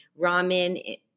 Ramen